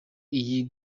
iyi